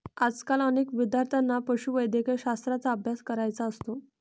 आजकाल अनेक विद्यार्थ्यांना पशुवैद्यकशास्त्राचा अभ्यास करायचा असतो